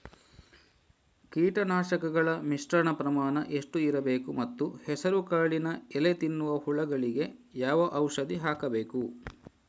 ಕೀಟನಾಶಕಗಳ ಮಿಶ್ರಣ ಪ್ರಮಾಣ ಎಷ್ಟು ಇರಬೇಕು ಮತ್ತು ಹೆಸರುಕಾಳಿನ ಎಲೆ ತಿನ್ನುವ ಹುಳಗಳಿಗೆ ಯಾವ ಔಷಧಿ ಹಾಕಬೇಕು?